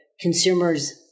consumers